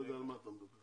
לא יודע על מה אתה מדבר.